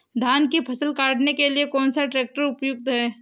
धान की फसल काटने के लिए कौन सा ट्रैक्टर उपयुक्त है?